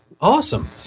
Awesome